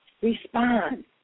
respond